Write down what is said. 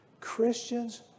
Christians